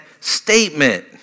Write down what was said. statement